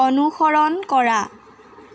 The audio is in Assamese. অনুসৰণ কৰা